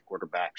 quarterbacks